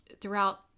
throughout